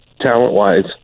talent-wise